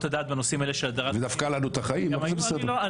היא דפקה לנו את החיים אבל זה בסדר.